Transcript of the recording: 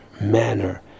manner